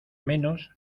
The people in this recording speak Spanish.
menos